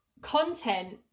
content